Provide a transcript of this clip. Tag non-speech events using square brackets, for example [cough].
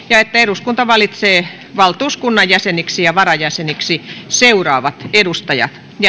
[unintelligible] ja että eduskunta valitsee valtuuskunnan jäseniksi ja varajäseniksi seuraavat edustajat [unintelligible]